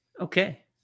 Okay